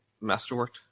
masterwork